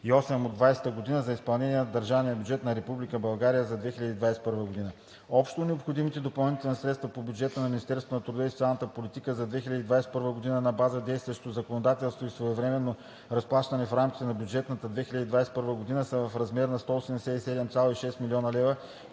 от 2020 г. за изпълнението на държавния бюджет на Република България за 2021 г. Общо необходимите допълнителни средства по бюджета на Министерството на труда и социалната политика за 2021 г. на база действащото законодателство и своевременно разплащане в рамките на бюджетната 2021 г. са в размер 187,6 млн. лв.